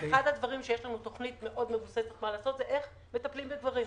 אחד הדברים שיש לנו תוכנית מאוד מבוססת מה לעשות היא איך מטפלים בגברים.